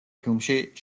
ფილმში